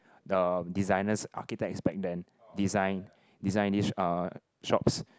the designers architects aspect then design design these uh shops